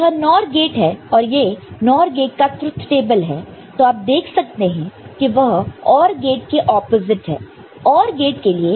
यह NOR gate है और ये NOR गेट ट्रुथ टेबल है तो आप देख सकते हैं कि वह OR गेट के ऑपोजिट है